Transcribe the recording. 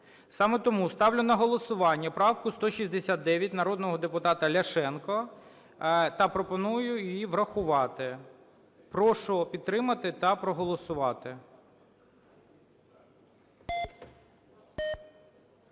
Саме тому ставлю на голосування правку 169 народного депутата Ляшенко та пропоную її врахувати. Прошу підтримати та проголосувати.